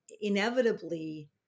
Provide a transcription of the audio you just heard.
inevitably